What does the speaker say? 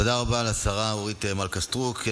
תודה רבה לשרה אורית מלכה סטרוק.